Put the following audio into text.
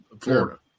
Florida